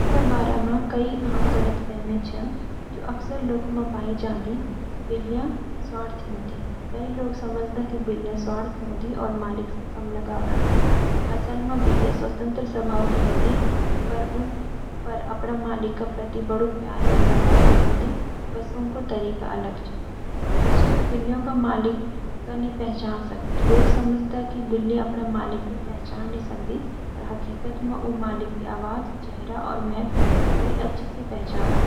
बिल्ल्यां का बारे मं कइ आम गलतफ़हमियाँ च, जो अकसर लोकां मं पाई जांदी: बिल्ल्यां स्वार्थी हुंदी - कई लोग समझदा कि बिल्ल्यां स्वार्थी हुंदी और मालिक सै कम लगाव रखदी। असल मं बिल्ल्यां स्वतंत्र स्वभाव की हुंदी, पर उ अपन मालिक का प्रति बड्ड प्यार और लगाव दिखौंदी, बस उनका तरीका अलग च। बिल्ल्यां अपन मालिक का नि पहचान सकदी - लोग समझदा कि बिल्ल्यां अपन मालिक का पहचान नि सकदी, पर हकीकत मं उ मालिक का आवाज, चेहरा और महक बड्डी अच्छे सै पहचानदी।